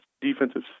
defensive